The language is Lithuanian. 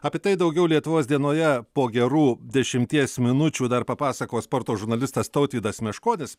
apie tai daugiau lietuvos dienoje po gerų dešimties minučių dar papasakos sporto žurnalistas tautvydas meškonis